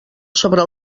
sobre